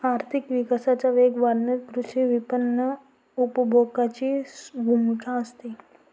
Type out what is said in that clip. आर्थिक विकासाचा वेग वाढवण्यात कृषी विपणन उपभोगाची भूमिका असते